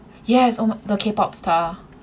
yes oh the K pop star